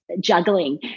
juggling